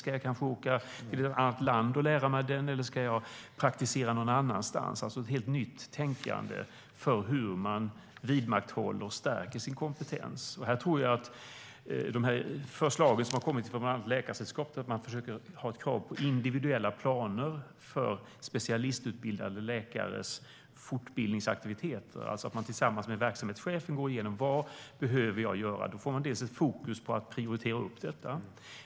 Ska jag kanske åka till ett annat land och lära mig den, eller ska jag praktisera någon annanstans? Det är alltså ett helt nytt tänkande i fråga om hur man vidmakthåller och stärker sin kompetens. Här tänker jag på de förslag som har kommit från bland annat Läkaresällskapet. Det handlar om att försöka ha ett krav på individuella planer för specialistutbildade läkares fortbildningsaktiviteter. Det handlar alltså om att man tillsammans med verksamhetschefen går igenom vad man behöver göra. Då får man ett fokus på att prioritera upp detta.